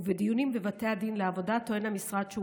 ובדיונים בבתי הדין לעבודה טוען המשרד שהוא